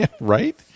Right